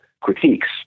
critiques